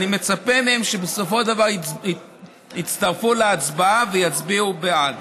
אני מצפה מהם שבסופו של דבר יצטרפו להצבעה ויצביעו בעד.